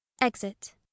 Exit